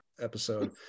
episode